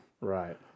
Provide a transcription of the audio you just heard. Right